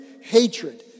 hatred